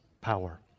power